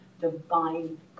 divine